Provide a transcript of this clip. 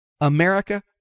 America